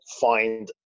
find